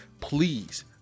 Please